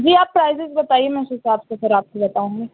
جی آپ پرائزز بتائیے میں اس حساب سے پھر آپ کو بتاؤں گی